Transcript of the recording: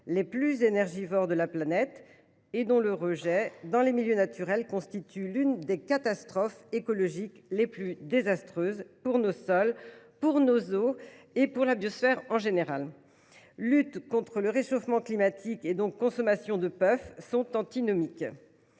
les plus énergivores de la planète, et son rejet dans les milieux naturels constitue l’une des catastrophes écologiques les plus désastreuses pour nos sols, pour nos eaux et pour la biosphère en général. Lutte contre le réchauffement climatique et consommation de puffs sont donc antinomiques.